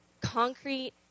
concrete